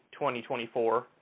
2024